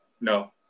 no